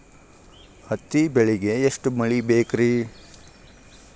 ಹತ್ತಿ ಬೆಳಿಗ ಎಷ್ಟ ಮಳಿ ಬೇಕ್ ರಿ?